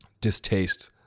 distaste